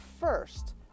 first